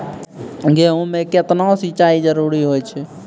गेहूँ म केतना सिंचाई जरूरी होय छै?